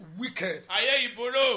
wicked